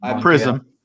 Prism